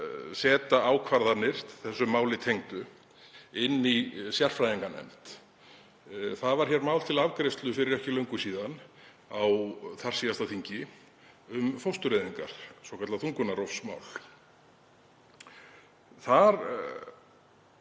setja ákvarðanir þessu máli tengdu inn í sérfræðinganefnd. Það var mál til afgreiðslu fyrir ekki löngu síðan, á þarsíðasta þingi, um fóstureyðingar, svokallað þungunarrofsmál. Þar